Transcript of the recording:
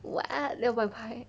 what then 我帮你拍